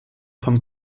vom